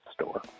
store